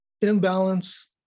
imbalance